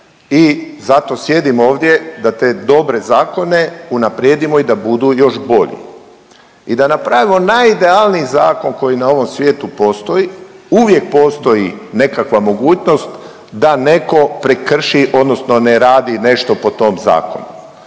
i zato sjedim ovdje da te dobre zakone unaprijedimo i da budu još bolji i da napravimo najidealniji zakon koji na ovom svijetu postoji. Uvijek postoji nekakva mogućnost da netko prekrši, odnosno ne radi nešto po tom zakonu.